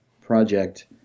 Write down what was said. project